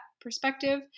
perspective